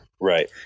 Right